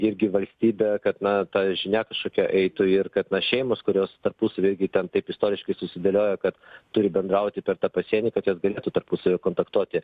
irgi valstybė kad na ta žinia kažkokia eitų ir kad na šeimos kurios tarpusavy irgi ten taip istoriškai susidėliojo kad turi bendrauti per tą pasienį kad jos galėtų tarpusavy kontaktuoti